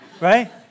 Right